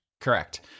Correct